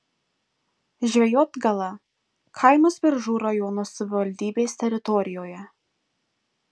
žvejotgala kaimas biržų rajono savivaldybės teritorijoje